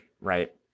right